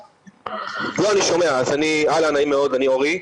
מאוד, אני אורי,